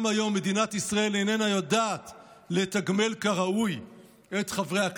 גם היום מדינת ישראל איננה יודעת לתגמל כראוי את חיילי המילואים.